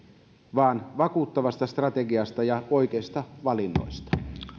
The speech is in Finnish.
vaan strategian vakuuttavuudesta ja oikeista valinnoista